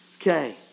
Okay